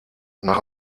nach